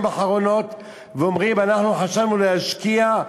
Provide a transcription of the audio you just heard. האחרונות ואומרים: אנחנו חשבנו להשקיע,